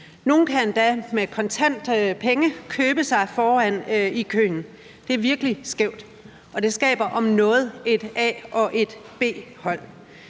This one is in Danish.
Nogle kan endda med kontante penge købe sig foran i køen. Det er virkelig skævt, og det skaber om noget et A- og et B-hold.